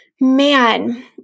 Man